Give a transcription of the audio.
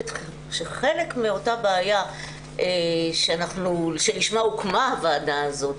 שחלק מאותה בעיה שלשמה הוקמה הוועדה הזאת,